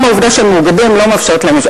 גם העובדה שהם מאוגדים לא מאפשרת להם לשבות.